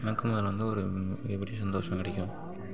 எனக்கும் அதில் வந்து ஒரு மிகப்பெரிய சந்தோஷம் கிடைக்கும்